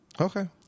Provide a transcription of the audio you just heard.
Okay